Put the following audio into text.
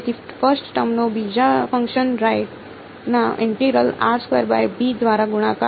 તેથી first term નો બીજા ફંક્શન રાઇટના ઇન્ટિગ્રલ દ્વારા ગુણાકાર